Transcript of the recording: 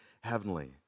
heavenly